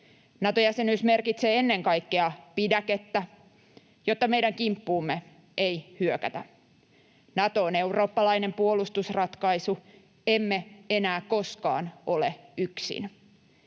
Nato-jäsenyys merkitsee ennen kaikkea pidäkettä, jotta meidän kimppuumme ei hyökätä. Nato on eurooppalainen puolustusratkaisu. Emme enää koskaan ole yksin.